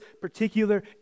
particular